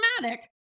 dramatic